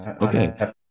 Okay